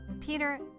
Peter